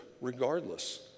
regardless